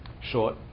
short